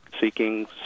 seeking